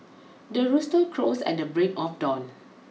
the rooster crows at the break of dawn